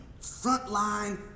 frontline